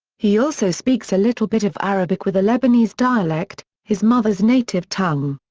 he also speaks a little bit of arabic with a lebanese dialect, his mother's native tongue.